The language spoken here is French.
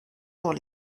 pour